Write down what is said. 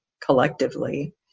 collectively